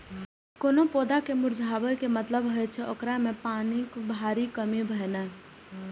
कोनो पौधा के मुरझाबै के मतलब होइ छै, ओकरा मे पानिक भारी कमी भेनाइ